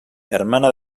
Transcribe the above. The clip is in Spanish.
hermana